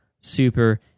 Super